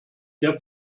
der